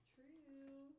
True